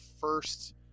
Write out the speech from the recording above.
first